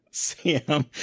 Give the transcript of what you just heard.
Sam